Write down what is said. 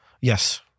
yes